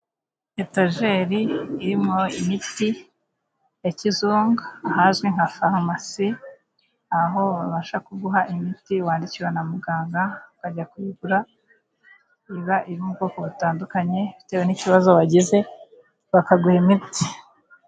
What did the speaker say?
Etajeri irimo imiti ya kizungu, ahazwi nka farumasi, aho babasha kuguha imiti wandikiwe na muganga, ukajya kuyigura, iba iri mu bwoko butandukanye bitewe n'ikibazo wagize, bakaguha imiti.